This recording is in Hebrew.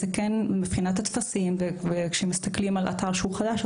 מבחינת הטפסים וכשמסתכלים על אתר חדש,